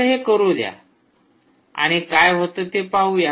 तर हे करू द्या आणि काय होतं ते पाहू या